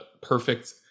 perfect